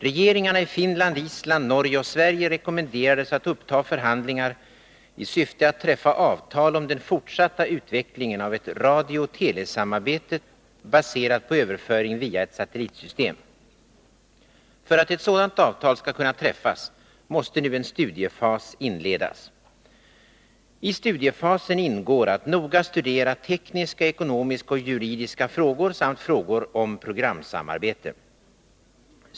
Regeringarna i Finland, Island, Norge och Sverige rekommenderades att uppta förhandlingar i syfte att träffa avtal om den fortsatta utvecklingen av ett radiooch telesamarbete baserat på överföring via ett satellitsystem. För att ett sådant avtal skall kunna träffas måste nu en studiefas inledas. I studiefasen ingår att noga studera tekniska, ekonomiska och juridiska frågor samt frågor rörande programsamarbete.